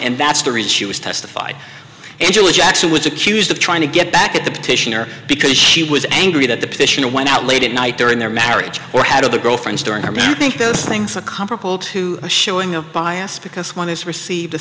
and that's the reason she was testified angela jackson was accused of trying to get back at the petitioner because she was angry that the petitioner went out late at night during their marriage or had other girlfriends during our marriage think those things are comparable to a showing of bias because one has received a